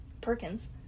perkins